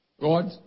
god